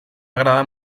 agradar